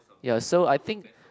ya so I think